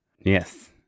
Yes